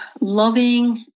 loving